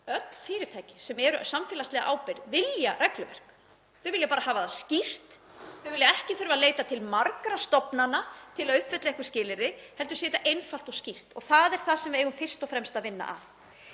Öll fyrirtæki sem eru samfélagslega ábyrg vilja regluverk. Þau vilja bara hafa það skýrt. Þau vilja ekki þurfa að leita til margra stofnana til að uppfylla einhver skilyrði heldur að þetta sé einfalt og skýrt. Það er það sem við eigum fyrst og fremst að vinna að.